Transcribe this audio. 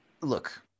Look